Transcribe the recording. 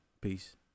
Peace